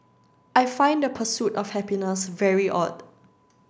I find the pursuit of happiness very odd